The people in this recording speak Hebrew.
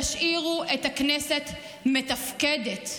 תשאירו את הכנסת מתפקדת.